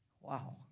wow